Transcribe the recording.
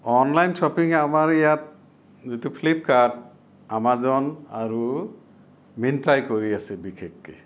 online shopping আমাৰ ইয়াত যিটো ফ্লিপকাৰ্ট আমাজন আৰু মিণ্ট্ৰাই কৰি আছে বিশেষকে